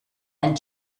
and